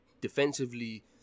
defensively